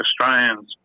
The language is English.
Australians